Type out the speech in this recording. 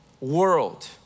world